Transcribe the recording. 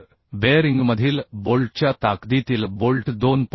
तर बेअरिंगमधील बोल्टच्या ताकदीतील बोल्ट 2